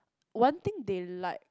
one thing they like